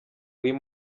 uyu